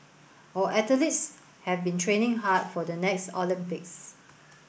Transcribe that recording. our athletes have been training hard for the next Olympics